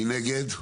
מי נגד?